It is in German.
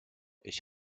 ich